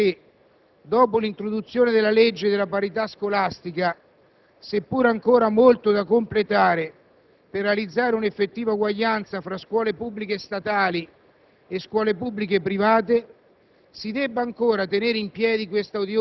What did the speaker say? È veramente difficile capire perché, dopo l'introduzione della legge sulla parità scolastica (seppure ancora molto da completare per realizzare una effettiva uguaglianza tra scuole pubbliche statali e scuole pubbliche private)